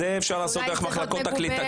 את זה אפשר לעשות דרך מחלקות הקליטה.